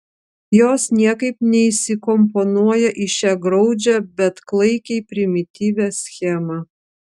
jos niekaip neįsikomponuoja į šią graudžią bet klaikiai primityvią schemą